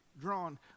drawn